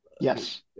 Yes